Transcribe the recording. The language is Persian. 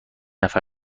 نفر